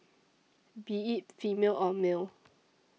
be it female or male